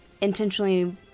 intentionally